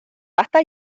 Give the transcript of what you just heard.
basta